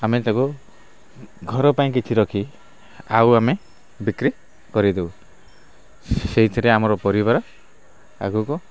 ଆମେ ତାକୁ ଘର ପାଇଁ କିଛି ରଖି ଆଉ ଆମେ ବିକ୍ରି କରିଦଉ ସେଇଥିରେ ଆମର ପରିବାର ଆଗକୁ